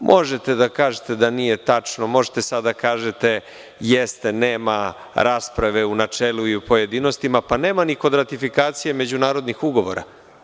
Možete da kažete da nije tačno, možete sada da kažete jeste, nema rasprave u načelu i u pojedinostima, pa nema ni kod ratifikacije međunarodnih ugovora.